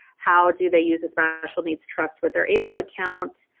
how do they use a special needs trust with their able account,